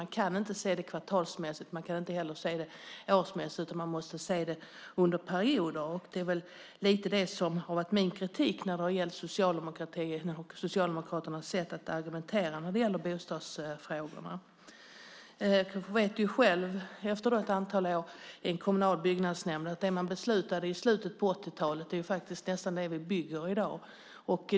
Man kan inte se det kvartalsvis, man kan inte heller se det årsvis, utan man måste se det under längre perioder. Det är lite grann det som min kritik har gällt i fråga om socialdemokratin och Socialdemokraternas sätt att argumentera när det gäller bostadsfrågorna. Jag vet själv efter ett antal år i en kommunal byggnadsnämnd att det som man beslutade om i slutet av 80-talet är det som byggs i dag.